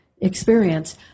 experience